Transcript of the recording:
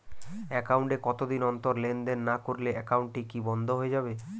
Account এ কতদিন অন্তর লেনদেন না করলে একাউন্টটি কি বন্ধ হয়ে যাবে?